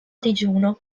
digiuno